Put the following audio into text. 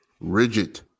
rigid